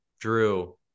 Drew